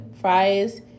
fries